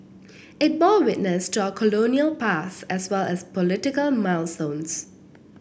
it bore witness to our colonial past as well as political milestones